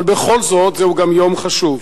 אבל בכל זאת, זהו גם יום חשוב,